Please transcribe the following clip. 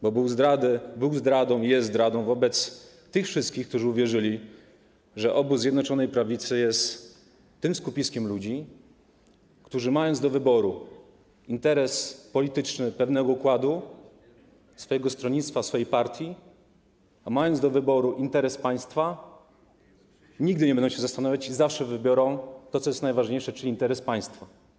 Bo był zdradą, jest zdradą wobec tych wszystkich, którzy uwierzyli, że obóz Zjednoczonej Prawicy jest tym skupiskiem ludzi, którzy mając do wyboru interes polityczny pewnego układu, swojego stronnictwa, swojej partii i interes państwa, nigdy nie będą się zastanawiać i zawsze wybiorą to, co jest najważniejsze, czyli interes państwa.